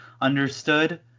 understood